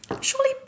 Surely